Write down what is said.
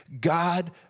God